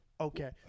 okay